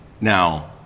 Now